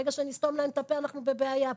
ברגע שנסתום להם את הפה, אנחנו בבעיה פה.